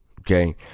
Okay